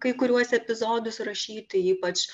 kai kuriuos epizodus rašyti ypač